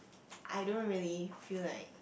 I don't really feel like